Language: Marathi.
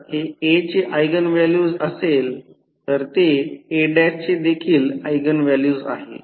आता जर हे A ची ऎगेन व्हॅल्यू असेल तर ते A ची देखील ऎगेन व्हॅल्यू आहे